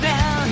Now